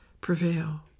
prevail